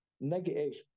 Negative